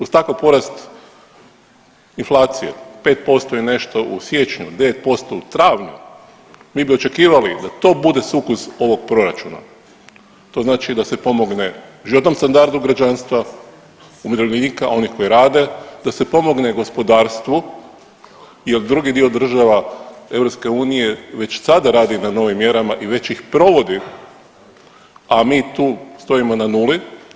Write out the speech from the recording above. Uz takav porast inflacije 5% i nešto u siječnju, 9% u travnju mi bi očekivali da to bude sukus ovog proračuna, to znači da se pomogne životnom standardu građanstva, umirovljenika, onih koji rade da se pomogne gospodarstvu i od drugih dio država EU već sada radi na novim mjerama i već ih provodi, a mi tu stojimo na nuli.